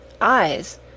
eyes